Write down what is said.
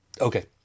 Okay